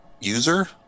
User